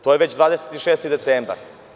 To je već 26. decembar.